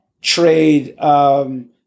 trade